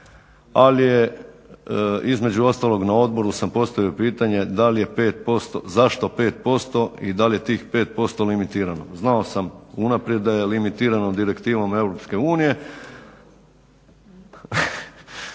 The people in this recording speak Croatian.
ali je, između ostalog na odboru sam postavio pitanje da li je 5%, zašto 5% i da li je tih 5% limitirano? Znao sam unaprijed da je limitirano Direktivom EU,